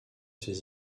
ces